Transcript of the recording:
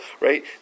right